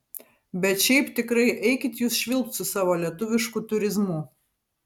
bet šiaip tikrai eikit jūs švilpt su savo lietuvišku turizmu